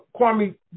Kwame